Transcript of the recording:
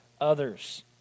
others